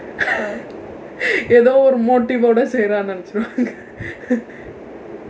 ஏதோ ஒரு:eetho oru motive வோட செய்றா நினைச்சிருப்பாங்க:vooda seyraa ninaichsiruppaangka